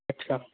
अच्छा